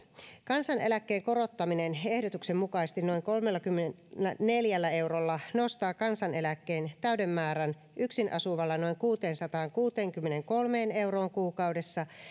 kansaneläkkeen korottaminen ehdotuksen mukaisesti noin kolmellakymmenelläneljällä eurolla nostaa kansaneläkkeen täyden määrän yksin asuvalla noin kuuteensataankuuteenkymmeneenkolmeen euroon kuukaudessa